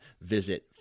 visit